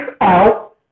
out